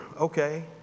okay